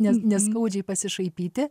ne neskaudžiai pasišaipyti